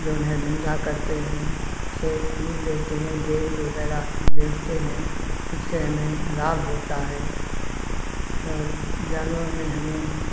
जऊन है धंधा करते हैं उनसे दूध लेते हैं डेरी वगैरह में बेचते हैं उससे हमें लाभ होता है और जानवरों में हमें